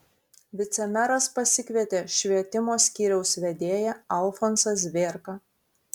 vicemeras pasikvietė švietimo skyriaus vedėją alfonsą zvėrką